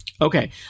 Okay